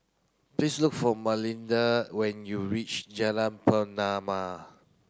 please look for Malinda when you reach Jalan Pernama